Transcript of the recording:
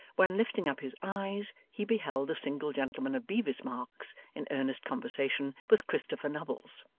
when, lifting up his eyes, he beheld the single gentleman of bevis marks in earnest conversation with christopher nubbles.